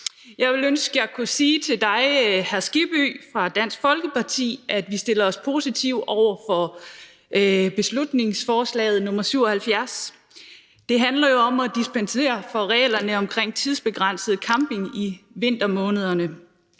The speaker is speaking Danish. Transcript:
Jeg ville ønske, at jeg kunne sige til dig, hr. Hans Kristian Skibby fra Dansk Folkeparti, at vi stiller os positive over for beslutningsforslag nr. B 77. Det handler jo om at dispensere fra reglerne om tidsbegrænset camping i vintermånederne.